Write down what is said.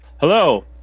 Hello